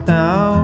now